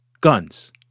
guns